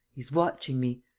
he's watching me.